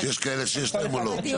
יש כאלה שיש להם או לא.